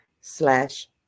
slash